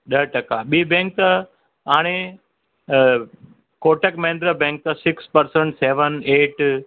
ॾह टका ॿी बैंक हाणे Kotak Mahindra bank six percent seven eight